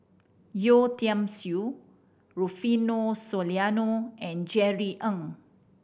Yeo Tiam Siew Rufino Soliano and Jerry Ng